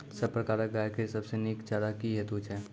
सब प्रकारक गाय के सबसे नीक चारा की हेतु छै?